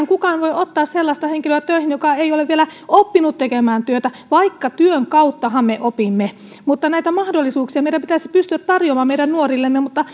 kukaan voi ottaa työhön sellaista henkilöä joka ei ole vielä oppinut tekemään työtä vaikka työn kauttahan me opimme näitä mahdollisuuksia meidän pitäisi pystyä tarjoamaan meidän nuorillemme mutta